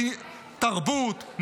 תרבות,